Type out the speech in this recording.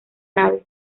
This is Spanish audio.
nave